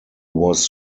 was